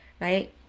Right